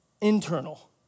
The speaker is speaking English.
internal